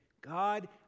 God